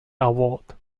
award